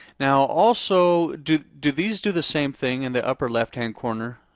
now also do do these do the same thing in the upper left hand corner?